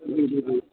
جی جی جی